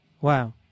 Wow